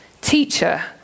Teacher